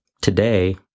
today